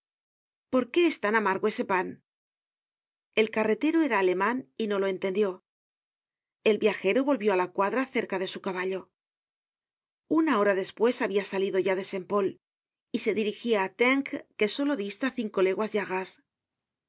por qué es tan amargo este pan el carretero era aleman y no lo entendió el viajero volvió á la cuadra cerca de su caballo una hora despues habia salido ya de saint pot y se dirigia á tinques que solo dista cinco leguas de arras